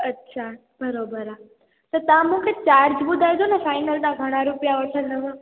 अच्छा बराबरि आहे त तव्हां मूंखे चार्ज ॿुधाइजो न फाइनल तव्हां घणा रुपया वठंदव